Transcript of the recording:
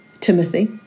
Timothy